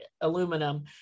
aluminum